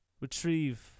retrieve